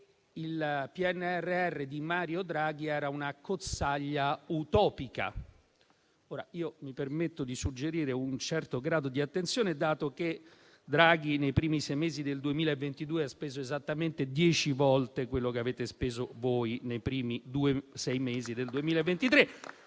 il PNRR di Mario Draghi era un'accozzaglia utopica. Mi permetto di suggerire un certo grado di attenzione, dato che Draghi nei primi sei mesi del 2022 ha speso esattamente dieci volte quello che avete speso voi nei primi sei mesi del 2023.